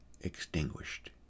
extinguished